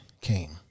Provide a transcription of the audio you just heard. came